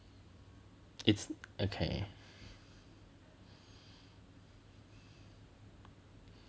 it's okay